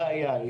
הבעיה היא